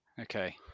Okay